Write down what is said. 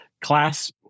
class